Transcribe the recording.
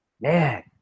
man